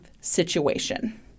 situation